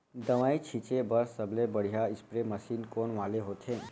दवई छिंचे बर सबले बढ़िया स्प्रे मशीन कोन वाले होथे?